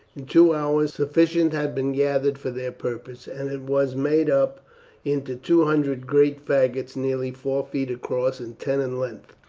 in two hours sufficient had been gathered for their purpose, and it was made up into two hundred great faggots nearly four feet across and ten in length,